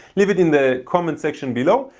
leave it in the comment section below.